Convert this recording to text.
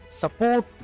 support